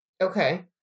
Okay